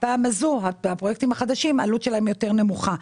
עלות הפרויקטים החדשים יותר נמוכה.